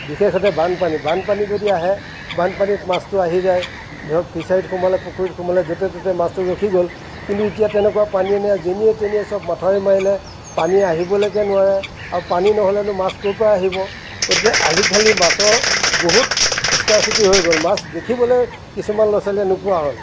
বিশেষতে বানপানী বানপানী যদি আহে বানপানীত মাছটো আহি যায় ধৰক ফিছাৰীত সোমালে পুখুৰীত সোমালে য'তে ত'তে মাছটো ৰখি গ'ল কিন্তু এতিয়া তেনেকুৱা পানী নাই যেনিয়ে তেনিয়ে চ'ব মথাউৰি মাৰিলে পানী আহিবলৈকে নোৱাৰে আৰু পানী নহ'লেনো মাছ ক'ৰপৰা আহিব গতিকে আজিকালি মাছৰ বহুত স্কাৰচিটি হৈ গ'ল মাছ দেখিবলৈ কিছুমান ল'ৰা ছোৱালীয়ে নোপোৱা হ'ল